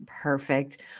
Perfect